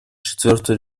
четвертый